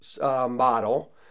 model